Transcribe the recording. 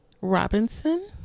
Robinson